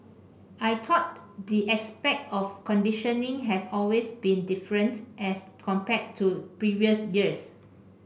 I thought the aspect of conditioning has always been different as compared to previous years